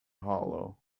hollow